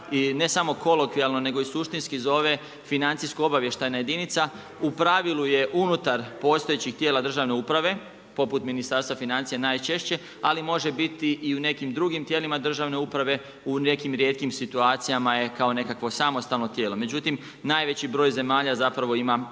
i ne samo kolokvijalno nego i suštinski zove Financijsko-obavještajna jedinica, u pravilu je unutar postojećih državne uprave, poput Ministarstva financija, najčešće, ali može biti i u nekim drugim tijelima državne uprave, u nekim rijetkim situacijama je kao nekakvo samostalno tijelo. Međutim, najveći broj zemalja zapravo ima